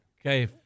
Okay